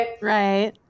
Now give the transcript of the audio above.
right